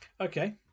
Okay